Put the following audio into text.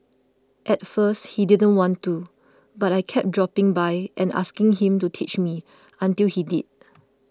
at first he didn't want to but I kept dropping by and asking him to teach me until he did